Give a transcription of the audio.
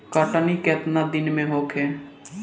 कटनी केतना दिन में होखे?